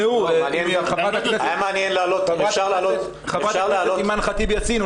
חברת הכנסת אימאן ח'טיב יאסין,